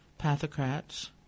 pathocrats